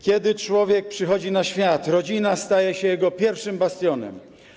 Kiedy człowiek przychodzi na świat, rodzina staje się jego pierwszym bastionem.